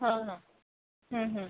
हां हां